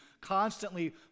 constantly